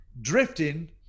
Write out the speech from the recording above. drifting